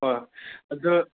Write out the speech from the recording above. ꯍꯣꯏ ꯑꯗꯨ